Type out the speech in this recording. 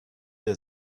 dir